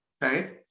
right